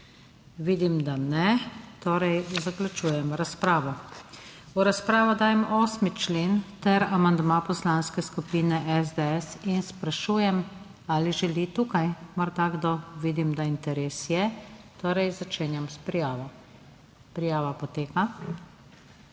Vidim, da ne. Torej, zaključujem razpravo. V razpravo dajem 8. člen ter amandma Poslanske skupine SDS in sprašujem, ali želi tu morda kdo... Vidim, da interes je, torej začenjam s prijavo. Prijava poteka.